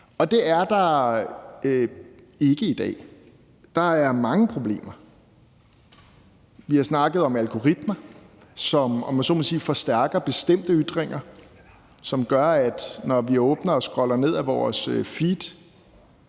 Det er der ikke i dag. Der er mange problemer. Vi har snakket om algoritmer, som, om jeg så må sige, forstærker bestemte ytringer og gør, at når vi åbner og scroller ned af vores feed,